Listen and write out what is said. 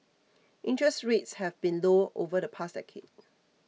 interest rates have been low over the past decade